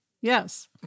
Yes